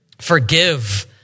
forgive